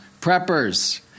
Preppers